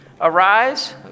arise